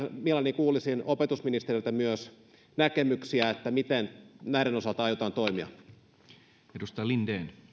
mielelläni kuulisin opetusministeriltä myös näkemyksiä että miten näiden osalta aiotaan toimia